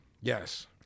yes